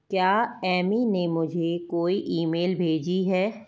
क्या एमी ने मुझे कोई ईमेल भेजी है